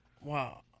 wow